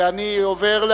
אני עובר,